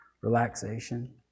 relaxation